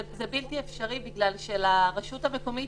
זה בלתי אפשרי בגלל שלרשות המקומית